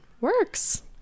works